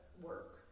work